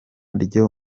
ryo